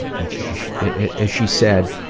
which as she said,